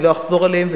ואני לא אחזור עליהם,